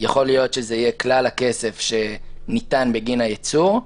יכול להיות שזה יהיה כלל הכסף שניתן בגין היצור,